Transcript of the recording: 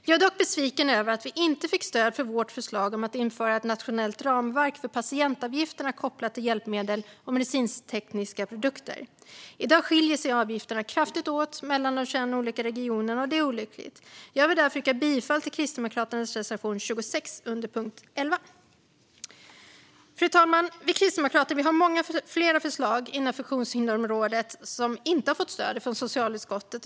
Jag är dock besviken över att vi inte fick stöd för vårt förslag om att införa ett nationellt ramverk för patientavgifterna kopplat till hjälpmedel och medicintekniska produkter. I dag skiljer sig avgifterna kraftigt åt mellan de 21 olika regionerna, och det är olyckligt. Jag vill därför yrka bifall till Kristdemokraternas reservation 26 under punkt 11. Fru talman! Vi kristdemokrater har många fler förslag inom funktionshindersområdet som inte har fått stöd från socialutskottet.